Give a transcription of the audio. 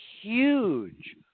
huge